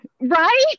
Right